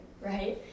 right